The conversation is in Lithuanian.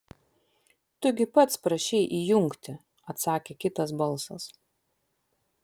tu gi pats prašei įjungti atsakė kitas balsas